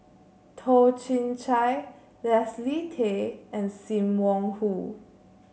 Toh Chin Chye Leslie Tay and Sim Wong Hoo